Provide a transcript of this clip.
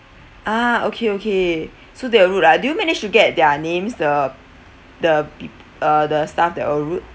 ah okay okay so they are rude ah do you manage to get their names the the pe~ uh the staff that were rude